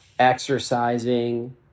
exercising